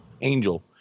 Angel